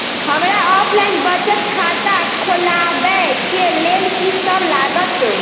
हमरा ऑफलाइन बचत खाता खोलाबै केँ लेल की सब लागत?